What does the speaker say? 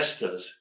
investors